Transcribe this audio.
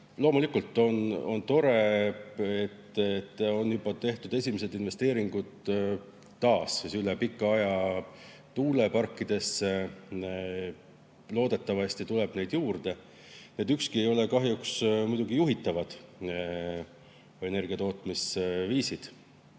Loomulikult on tore, et on juba tehtud esimesed investeeringud taas üle pika aja tuuleparkidesse, loodetavasti tuleb neid juurde. Need ei ole kahjuks muidugi juhitavad energiatootmisviisid.